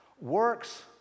works